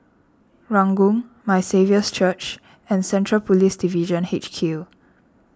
Ranggung My Saviour's Church and Central Police Division H Q